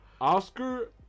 Oscar